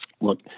look